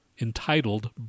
entitled